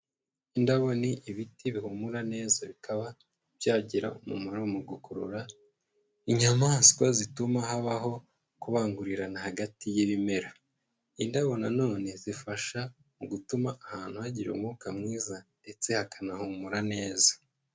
Indabo ni ibiti bihumura neza, bikaba byagira umumaro mu gukurura inyamaswa zituma habaho kubangurirana hagati y'ibimera. Indabo na none zifasha mu gutuma ahantu hagira umwuka mwiza ndetse hakanahumura neza.